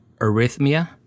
arrhythmia